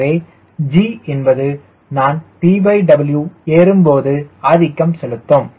எனவே G என்பது நான் TW ஏறும் போது ஆதிக்கம் செலுத்தும்